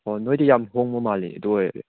ꯍꯣ ꯅꯣꯏꯗꯤ ꯌꯥꯝ ꯍꯣꯡꯕ ꯃꯥꯜꯂꯤ ꯑꯗꯨ ꯑꯣꯏꯔꯗꯤ